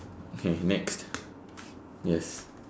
K next yes